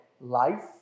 life